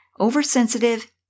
oversensitive